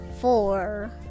four